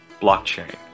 blockchain